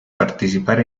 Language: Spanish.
participar